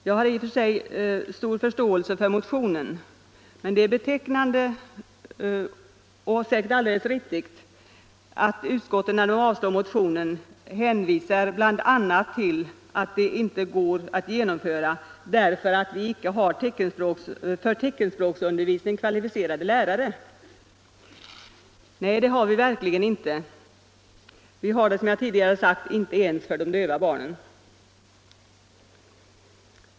Jag har i och för sig stor förståelse för motionen, men det är betecknande och säkert alldeles riktigt att utskottet när det avstyrker motionen bl.a. hänvisar till att förslaget inte går att genomföra därför att vi icke har för teckenspråksundervisning kvalificerade lärare. Nej, det har vi verkligen inte. Vi har det, som jag tidigare sagt, inte ens för de döva barnen.